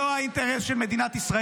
זאת שאלה של אינטרס של מדינת ישראל.